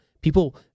People